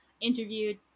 interviewed